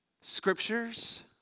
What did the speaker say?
scriptures